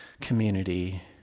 community